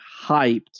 hyped